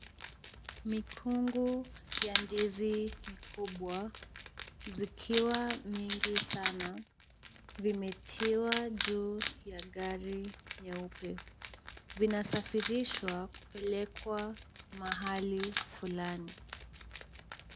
Mikungu ya ndizi mikubwa zikiwa mingi sana, vimetiwa juu ya gari nyeupe. Vinasafirishwa kupelekwa mahali fulani.